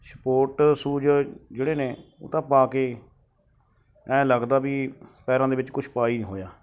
support shoes ਜਿਹੜੇ ਨੇ ਉਹ ਤਾਂ ਪਾ ਕੇ ਐਂ ਲੱਗਦਾ ਵੀ ਪੈਰਾਂ ਦੇ ਵਿੱਚ ਕੁਛ ਪਾ ਹੀ ਨਹੀਂ ਹੋਇਆ